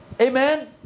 amen